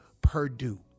Purdue